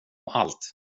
allt